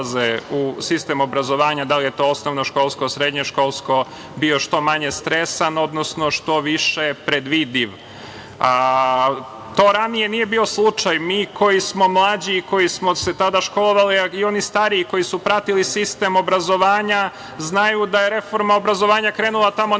u sistem obrazovanja, da li je to osnovno, školsko, srednješkolsko, bio što manje stresan, odnosno što više predvidiv. To ranije nije bio slučaj. Mi koji smo mlađi i koji smo se tada školovali, ali i oni stariji koji su pratili sistem obrazovanja znaju da je reforma obrazovanja krenula tamo